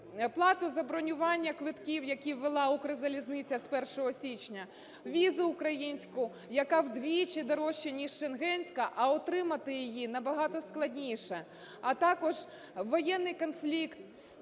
плату за бронювання квитків, які ввела "Укрзалізниця" з 1 січня, візу українську, яка вдвічі дорожча, ніж шенгенська, а отримати її набагато складніше. А також воєнний конфлікт